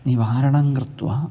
निवारणं कृत्वा